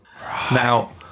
now